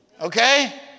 Okay